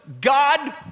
God